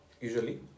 Usually